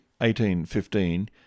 1815